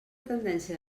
tendència